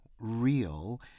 real—